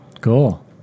Cool